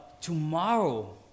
tomorrow